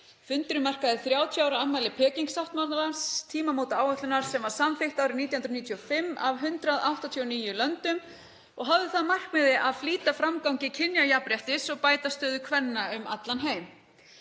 Fundurinn markaði 30 ára afmæli Peking-sáttmálans, tímamótaáætlunar sem var samþykkt árið 1995 af 189 löndum og hafði það að markmiði að flýta framgangi kynjajafnréttis og bæta stöðu kvenna um allan heim.